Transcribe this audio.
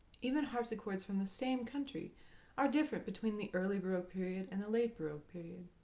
even harpsichords from the same country are different between the early baroque period and the late baroque period.